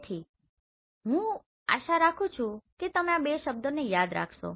તેથી હું આશા રાખું છું કે તમે આ બે શબ્દોને યાદ રાખશો